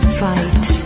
fight